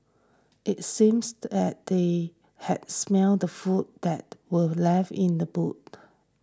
it seems that they had smelt the food that were left in the boot